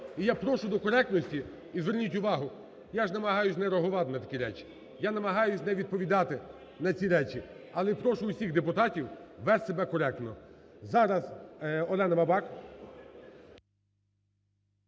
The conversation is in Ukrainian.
І я прошу до коректності. І зверніть увагу: я ж намагаюсь не реагувати на такі речі, я намагаюсь не відповідати на ці речі. Але прошу всіх депутатів вести себе коректно. Зараз – Олена Бабак.